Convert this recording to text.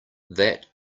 that